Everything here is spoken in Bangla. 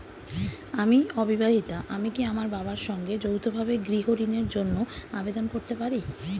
আমি অবিবাহিতা আমি কি আমার বাবার সঙ্গে যৌথভাবে গৃহ ঋণের জন্য আবেদন করতে পারি?